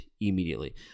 immediately